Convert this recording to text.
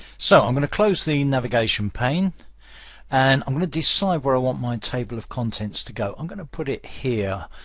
so i'm going to close the navigation pane and i'm going to decide where i want my table of contents to go. i'm going to put it here,